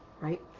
Right